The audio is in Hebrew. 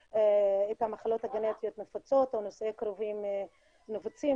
המחלות הגנטיות הנפוצות או נישואי קרובים נפוצים,